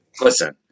Listen